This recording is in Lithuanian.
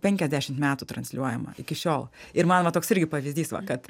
penkiasdešimt metų transliuojama iki šiol ir man va toks irgi pavyzdys va kad